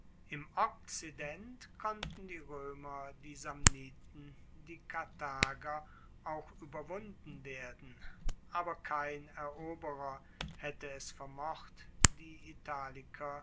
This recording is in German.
im okzident konnten die roemer die samniten die karthager auch ueberwunden werden aber kein eroberer haette es vermocht die italiker